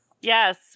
yes